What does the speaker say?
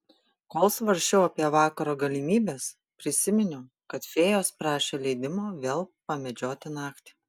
kol svarsčiau apie vakaro galimybes prisiminiau kad fėjos prašė leidimo vėl pamedžioti naktį